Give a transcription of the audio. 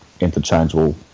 interchangeable